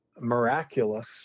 miraculous